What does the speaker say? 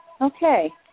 Okay